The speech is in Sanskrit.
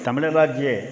तमिळ् राज्ये